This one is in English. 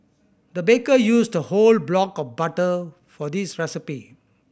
the baker used a whole block of butter for this recipe